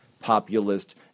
populist